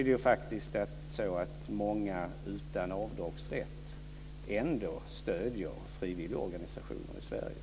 Det är också så att många utan avdragsrätt ändå stöder frivilligorganisationer i Sverige.